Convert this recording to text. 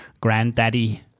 granddaddy